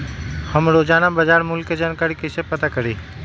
हम रोजाना बाजार मूल्य के जानकारी कईसे पता करी?